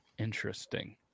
Interesting